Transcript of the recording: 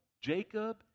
Jacob